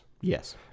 Yes